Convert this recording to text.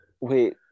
Wait